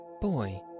Boy